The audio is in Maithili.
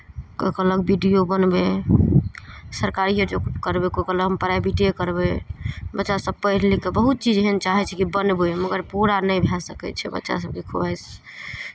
कोइ कहलक बी डी ओ बनबै सरकारिए जॉब करबै कोइ कहलक हम प्राइभेटे करबै बच्चासभ पढ़ि लिखि कऽ बहुत चीज एहन चाहै छै कि बनबै मगर पूरा नहि भए सकै छै बच्चा सभके खुआइश